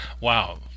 Wow